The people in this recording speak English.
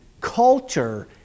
culture